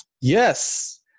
Yes